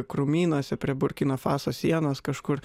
krūmynuose prie burkina faso sienos kažkur